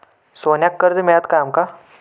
सोन्याक कर्ज मिळात काय आमका?